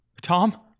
Tom